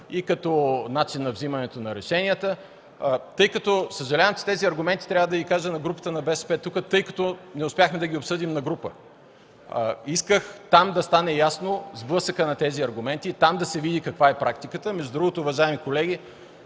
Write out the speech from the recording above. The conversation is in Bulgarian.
и като начин на вземането на решенията. Съжалявам, че тези аргументи трябва да ги кажа на Групата на БСП тук, тъй като не успяхме да ги обсъдим на Група. Исках там да стане ясен сблъсъкът на тези аргументи, там да се види каква е практиката. Между другото, уважаеми колеги,